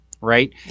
right